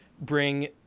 bring